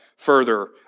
further